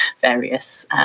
various